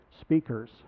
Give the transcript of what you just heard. speakers